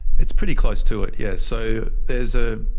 it's pretty close to it, yes. so there's a